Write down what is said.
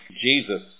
Jesus